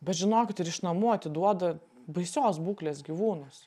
bet žinokit ir iš namų atiduoda baisios būklės gyvūnus